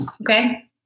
Okay